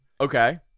Okay